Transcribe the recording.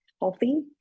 healthy